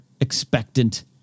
expectant